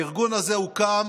הארגון הזה הוקם